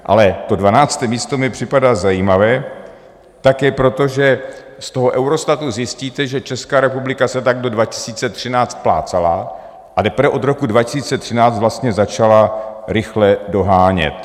Ale to 12. místo mi připadá zajímavé, také proto, že z toho Eurostatu zjistíte, že Česká republika se tak do 2013 plácala a teprve od roku 2013 vlastně začala rychle dohánět.